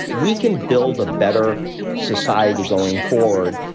we can build a better society going forward.